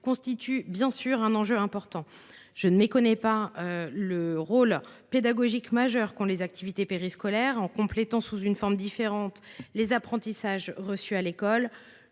constitue bien sûr un enjeu important. Je ne méconnais pas l’intérêt pédagogique majeur de ces activités, qui complètent, sous une forme différente, les apprentissages reçus à l’école.